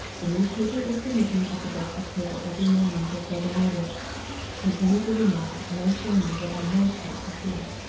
the newspaper is to meet me at the breakfast-table every morning till further notice and any day now may show me what i most want to see.